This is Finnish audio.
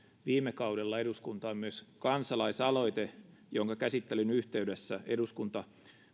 viime kaudella eduskuntaan myös kansalaisaloite jonka käsittelyn yhteydessä eduskunta